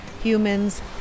humans